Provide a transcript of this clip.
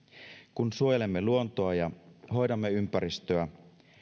kun suojelemme luontoa hoidamme ympäristöä